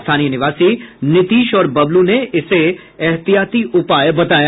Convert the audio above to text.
स्थानीय निवासी नीतीश और बबलू ने इसे एहतियाती उपाय बताया